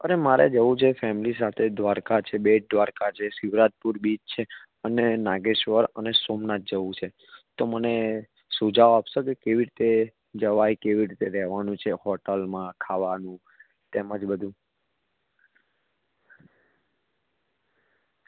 અરે મારે જવું છે ફેમીલી સાથે દ્વારકા છે બેટ દ્વારકા છે શિવરાજપુર બીચ છે અને નાગેશ્વર અને સોમનાથ જવું છે તો મને સુઝાવ આપશો કે કેવી રીતે જવાય કેવી રીતે રહેવાનુ છે હોટલમાં ખાવાનું તેમ જ બધું